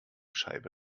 scheibe